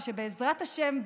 ושבעזרת השם,